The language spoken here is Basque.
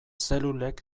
zelulek